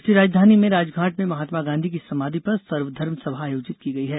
राष्ट्रीय राजधानी में राजघाट में महात्मा गांधी की समाधि पर सर्वधर्म सभा आयोजित की गई है